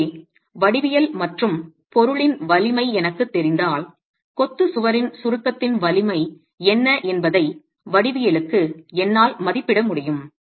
எனவே வடிவியல் மற்றும் பொருளின் வலிமை எனக்குத் தெரிந்தால் கொத்துச் சுவரின் சுருக்கத்தின் வலிமை என்ன என்பதை வடிவியலுக்கு என்னால் மதிப்பிட முடியும்